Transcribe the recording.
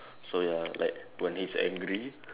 so ya like when he's angry